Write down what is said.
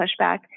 pushback